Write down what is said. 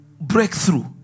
breakthrough